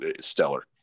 stellar